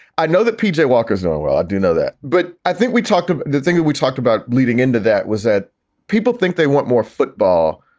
i know that p j. walker's doing well. i do know that. but i think we talked about the thing that we talked about leading into that was that people think they want more football,